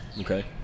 Okay